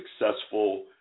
successful